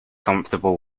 comfortable